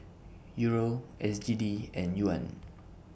Euro S G D and Yuan